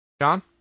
John